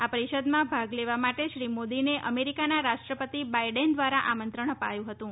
આ પરીષદમાં ભાગ લેવા માટે શ્રી મોદીને અમેરિકાના રાષ્ટ્રપતિ બાઈડન દ્વારા આમંત્રણ અપાયું હતું